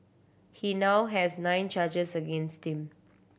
he now has nine charges against him